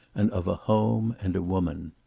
and of a home and a woman.